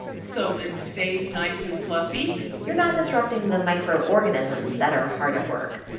so it stays nice and fluffy you're not disrupting the microorganisms that are hard at work.